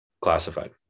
Classified